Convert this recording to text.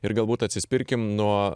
ir galbūt atsispirkim nuo